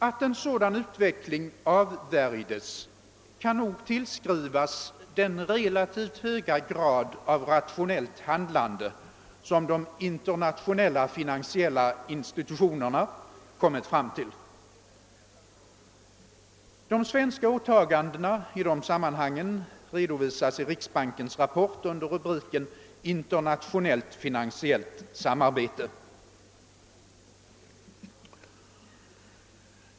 Att en sådan utveckling avvärjdes kan nog tillskrivas den relativt höga grad av rationellt handlande som de internationella finansiella institutionerna kommit fram till. De svenska åtagandena i de sammanhangen redovisas i riksbankens rapport under rubriken »Internationellt finansiellt samarbete».